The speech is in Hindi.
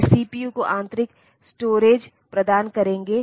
वे सीपीयू को आंतरिक स्टोरेज प्रदान करेंगे